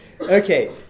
Okay